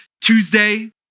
Tuesday